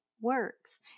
works